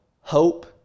Hope